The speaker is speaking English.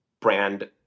brand